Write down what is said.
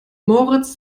moritz